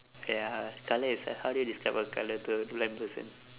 K ya colour is h~ how do you describe your colour to a blind person